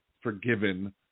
forgiven